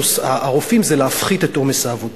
הרופאים זה להפחית את עומס העבודה.